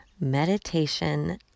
Meditation